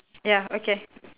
ya okay